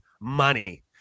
money